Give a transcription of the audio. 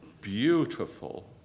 beautiful